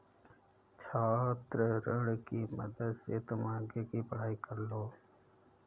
छात्र ऋण की मदद से तुम आगे की पढ़ाई कर लो